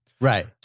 Right